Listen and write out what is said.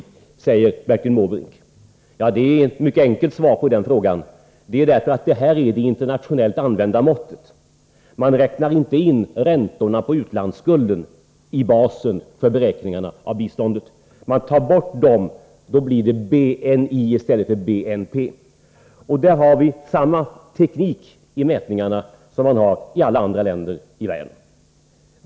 frågar Bertil Måbrink. Svaret på den frågan är mycket enkel. Det beror på att detta är det internationellt använda måttet. Man räknar inte in räntorna på utlandsskulden i basen för beräkningarna av biståndet. Men om man tar bort dessa blir det BNI i stället för BNP. Där använder vi samma teknik i mätningarna som man gör i alla andra länder i världen.